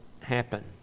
happen